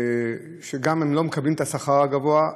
שגם לא מקבלים את השכר הגבוה,